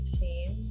change